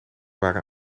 waren